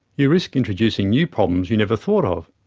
you risk introducing new problems you never thought of.